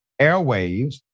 airwaves